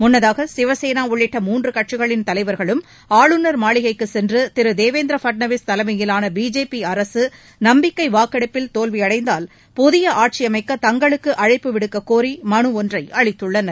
முன்னதாக சிவசேனா உள்ளிட்ட மூன்று கட்சிகளின் தலைவர்களும் ஆளுநர் மாளிகைக்குச் சென்று திரு தேவேந்திர பட்நவிஸ் தலைமையிலான பிஜேபி அரசு நம்பிக்கை வாக்கெடுப்பில் தோல்வியடைந்தால் புதிய ஆட்சியமைக்க தங்களுக்கு அழைப்பு விடுக்கக் கோரி மனு ஒன்றை அளித்துள்ளனர்